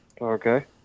Okay